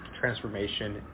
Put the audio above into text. transformation